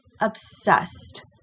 obsessed